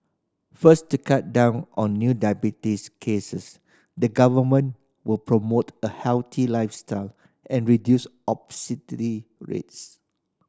first to cut down on new diabetes cases the Government will promote a healthy lifestyle and reduce rates